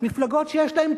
מפלגות שיש להן ציבור,